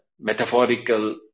metaphorical